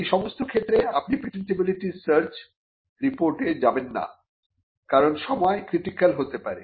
এইসমস্ত ক্ষেত্রে আপনি পেটেন্টিবিলিটি সার্চ রিপোর্টে যাবেন না কারণ সময় ক্রিটিক্যাল হতে পারে